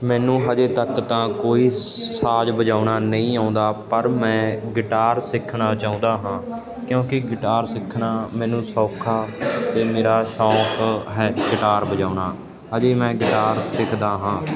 ਮੈਨੂੰ ਹਾਲੇ ਤੱਕ ਤਾਂ ਕੋਈ ਸਾਜ਼ ਵਜਾਉਣਾ ਨਹੀਂ ਆਉਂਦਾ ਪਰ ਮੈਂ ਗਿਟਾਰ ਸਿੱਖਣਾ ਚਾਹੁੰਦਾ ਹਾਂ ਕਿਉਂਕਿ ਗਿਟਾਰ ਸਿੱਖਣਾ ਮੈਨੂੰ ਸੌਖਾ ਅਤੇ ਮੇਰਾ ਸੌਕ ਹੈ ਗਿਟਾਰ ਵਜਾਉਣਾ ਅਜੇ ਮੈਂ ਗਿਟਾਰ ਸਿੱਖਦਾ ਹਾਂ